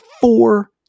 four